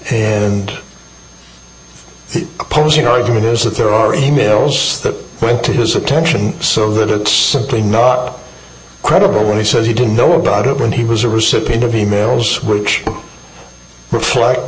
and opposing argument is that there are e mails that point to his attention so that it's simply not credible when he says he didn't know about it when he was a recipient of emails which reflect